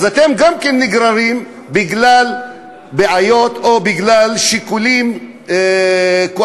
אז אתם גם כן נגררים בגלל בעיות או בגלל שיקולים קואליציוניים,